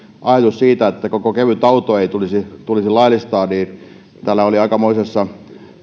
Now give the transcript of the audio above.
ajatus siitä että koko kevytautoa ei tulisi tulisi laillistaa oli täällä aikamoisessa